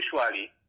usually